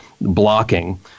blocking